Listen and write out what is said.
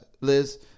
Liz